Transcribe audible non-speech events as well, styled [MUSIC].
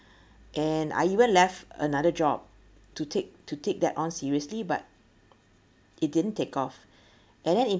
and I even left another job to take to take that on seriously but it didn't take off [BREATH] and then in